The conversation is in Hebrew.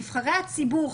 נבחרי הציבור,